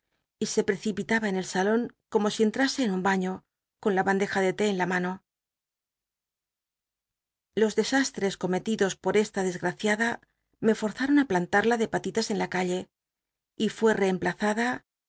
y se precipitaba en el salon como si entrase en un baiio con la bandeja del té en la mano los dcsasttcs cometidos por esta dcsgaciada on ú plantada de pa litas en la calle y fué me forza reemplazada